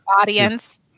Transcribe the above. Audience